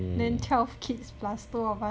then twelve kids plus two of us